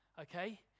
okay